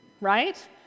Right